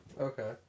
Okay